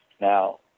Now